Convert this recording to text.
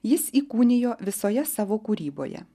jis įkūnijo visoje savo kūryboje